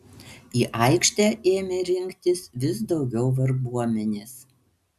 į aikštę ėmė rinktis vis daugiau varguomenės